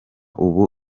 ubu